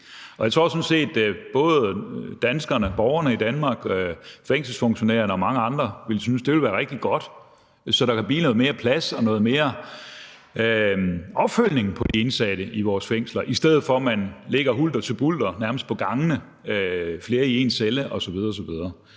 Jeg tror sådan set, at både danskerne, borgerne i Danmark, fængselsfunktionærerne og mange andre synes, at det ville være rigtig godt, så der kan blive noget mere plads og noget mere opfølgning på de indsatte i vores fængsler, i stedet for at de ligger hulter til bulter, nærmest på gangene, er flere i én celle osv. osv.